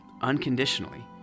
unconditionally